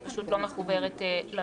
היא פשוט לא מחוברת למציאות.